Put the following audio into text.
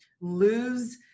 lose